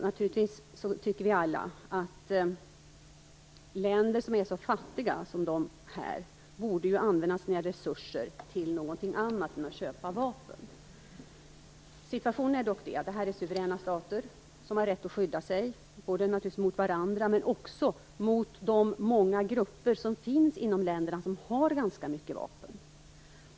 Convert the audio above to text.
Naturligtvis tycker vi alla att länder som är så fattiga som dessa borde använda sina resurser till något annat än att köpa vapen. Men de är suveräna stater som har rätt att skydda sig, såväl mot varandra som mot de många grupper inom länderna som har ganska mycket vapen.